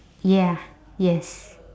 ya yes